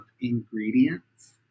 ingredients